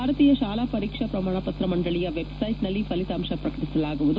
ಭಾರತೀಯ ಶಾಲಾ ಪರೀಕ್ಷಾ ಪ್ರಮಾಣ ಪತ್ರ ಮಂಡಳಿಯ ವೆಬ್ಸೈಟ್ನಲ್ಲಿ ಫಲಿತಾಂಶವನ್ನು ಪ್ರಕಟಿಸಲಾಗುವುದು